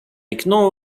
know